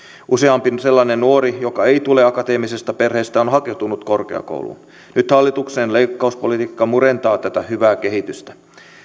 useampi sellainen nuori joka ei tule akateemisesta perheestä on hakeutunut korkeakouluun nyt hallituksen leikkauspolitiikka murentaa tätä hyvää kehitystä